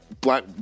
black